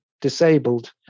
disabled